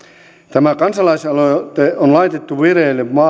tämä kansalaisaloite on laitettu vireille